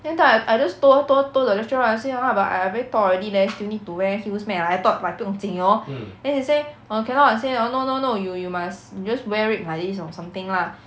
then that time I just told told told the lecturer I say !huh! but I I very tall already leh still need to wear heels meh I thought like 不用紧 hor then she say oh cannot say oh no no no you you must just wear it like this or something lah